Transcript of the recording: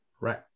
right